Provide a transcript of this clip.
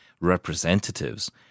representatives